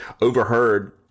overheard